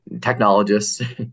technologists